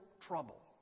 trouble